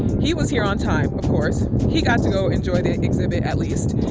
he was here on time of course, he got to go enjoy the exhibit at least,